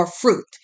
fruit